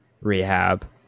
rehab